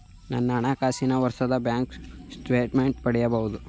ನನ್ನ ಹಣಕಾಸಿನ ವರ್ಷದ ಬ್ಯಾಂಕ್ ಸ್ಟೇಟ್ಮೆಂಟ್ ಪಡೆಯಬಹುದೇ?